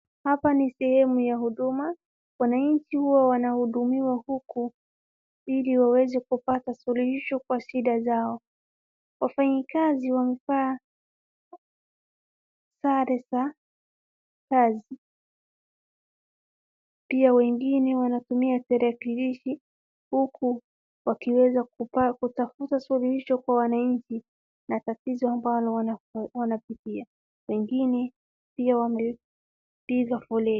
Hapa ni sehemu ya huduma, wananchi huwa wanahudumiwa huku ili waweze kupata suluhisho kwa shida zao. Wafanyikazi wamevaa sare za kazi pia wengine wanatumia tarakilishi huku wakiweza kutafuta suluhisho kwa wananchi na tatizo ambalo wanapitia. Wengine pia wamepiga foleni.